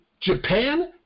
Japan